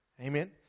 Amen